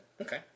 Okay